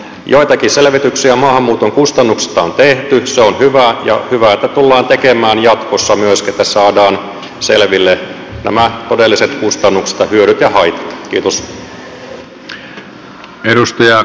joitakin selvityksiä maahanmuuton kustannuksista on tehty se on hyvä ja hyvä että tullaan tekemään jatkossa myöskin että saadaan selville nämä todelliset kustannukset ja hyödyt ja haitat